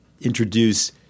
introduce